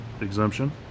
exemption